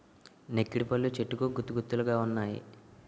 నెక్కిడిపళ్ళు చెట్టుకు గుత్తులు గుత్తులు గావున్నాయి